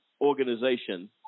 organization